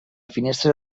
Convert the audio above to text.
finestra